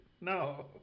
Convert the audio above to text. No